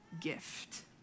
gift